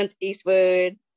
Eastwood